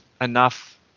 enough